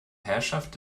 herrschaft